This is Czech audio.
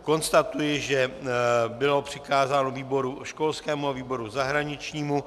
Konstatuji, že bylo přikázáno výboru školskému a výboru zahraničnímu.